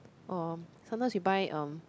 um sometimes you buy um